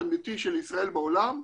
התדמיתי של ישראל בעולם ובעיקר,